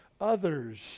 others